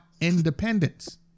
independence